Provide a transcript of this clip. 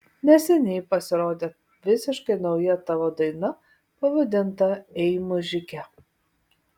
neseniai pasirodė visiškai nauja tavo daina pavadinta ei mužike